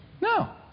No